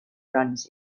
runs